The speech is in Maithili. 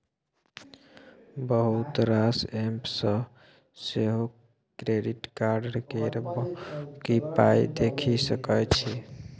बहुत रास एप्प सँ सेहो क्रेडिट कार्ड केर बाँकी पाइ देखि सकै छी